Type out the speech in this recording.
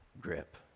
grip